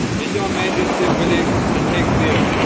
is your majesty willing to take the oath?